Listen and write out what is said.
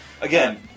again